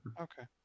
Okay